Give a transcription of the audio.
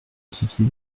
disiez